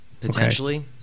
Potentially